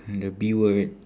and the B word